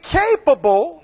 capable